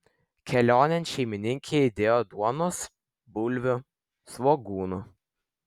kelionėn šeimininkė įdėjo duonos bulvių svogūnų